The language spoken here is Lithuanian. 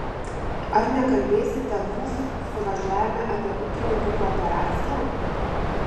ar nekalbėsite lūs suvažiavime apie ūkininkų kooperaciją